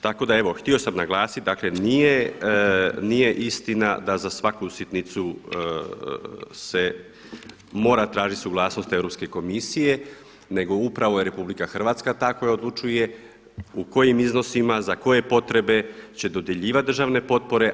Tako da evo htio sam naglasiti dakle nije istina da za svaku sitnicu se mora tražiti suglasnost Europske komisije nego upravo je RH ta koja odlučuje u kojim iznosima, za koje potrebe će dodjeljivati državne potpore.